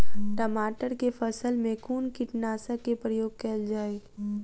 टमाटर केँ फसल मे कुन कीटनासक केँ प्रयोग कैल जाय?